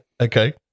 Okay